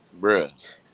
bruh